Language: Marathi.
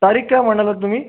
तारीख काय म्हणालात तुम्ही